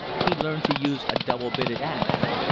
he learned to use a double-bitted ax.